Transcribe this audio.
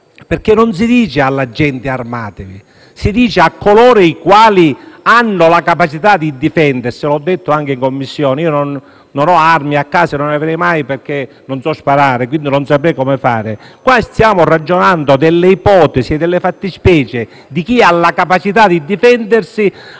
perché non si dice alla gente di armarsi. Si dice a coloro i quali hanno la capacità di difendersi. L'ho detto anche in Commissione. Io non ho armi a casa e non potrei averne perché non so sparare e non saprei come fare. Stiamo ragionando delle ipotesi e delle fattispecie di chi ha la capacità di difendersi,